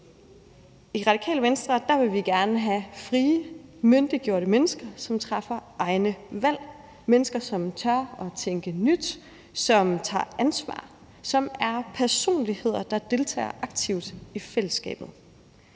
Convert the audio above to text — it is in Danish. I Radikale Venstre vil vi gerne have frie, myndiggjorte mennesker, som træffer egne valg; mennesker, som tør at tænke nyt, som tager ansvar, og som er personligheder, der deltager aktivt i fællesskabet.